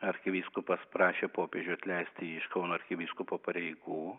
arkivyskupas prašė popiežių atleisti iš kauno arkivyskupo pareigų